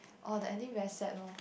all the anywhere set lor